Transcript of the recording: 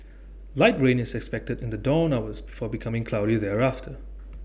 light rain is expected in the dawn hours before becoming cloudy thereafter